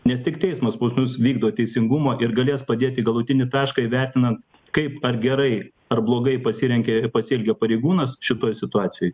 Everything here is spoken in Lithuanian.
nes tik teismas pas mus vykdo teisingumą ir galės padėti galutinį tašką įvertinant kaip ar gerai ar blogai pasirengė ir pasielgė pareigūnas šitoj situacijoj